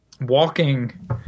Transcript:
walking